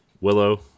willow